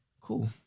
Cool